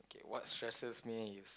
what stresses me is